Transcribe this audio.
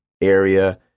area